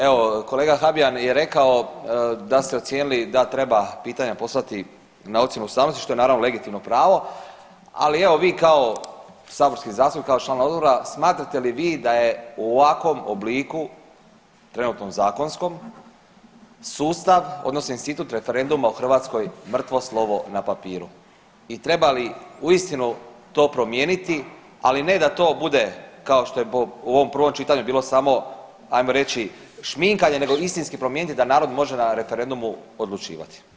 Evo kolega Habijan je rekao da su ocijenili da treba pitanja poslati na ocjenu ustavnosti, što je naravno legitimno pravo, ali evo vi kao saborski zastupnik, kao član odbora, smatrate li vi da je u ovakvom obliku trenutnom zakonskom sustav odnosno institut referenduma u Hrvatskoj mrtvo slovo na papiru i treba li uistinu to promijeniti, ali ne da to bude kao što je u ovom prvom čitanju bilo samo ajmo reći šminkanje nego istinski promijeniti da narod može na referendumu odlučivati.